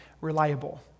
reliable